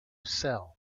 sell